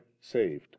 saved